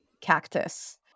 cactus